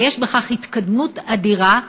אבל יש בכך התקדמות אדירה,